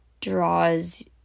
draws